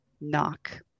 knock